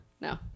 No